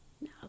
No